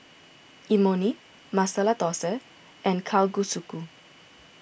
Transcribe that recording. Imoni Masala Dosa and Kalguksu